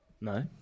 no